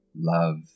love